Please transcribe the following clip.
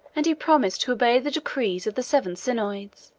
and he promised to obey the decrees of the seven synods,